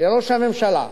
לראש הממשלה,